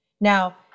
Now